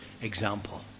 example